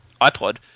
iPod